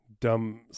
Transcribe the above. Dumb